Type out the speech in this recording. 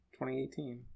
2018